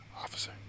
Officer